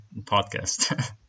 podcast